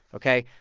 ok?